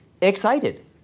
excited